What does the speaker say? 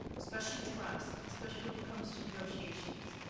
especially trust, especially when it comes to negotiations.